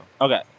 Okay